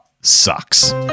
sucks